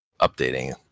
updating